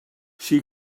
she